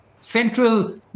central